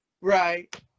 Right